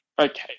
Okay